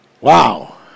Wow